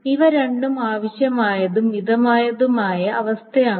ഇവ രണ്ടും ആവശ്യമായതും മതിയായതുമായ അവസ്ഥയാണ്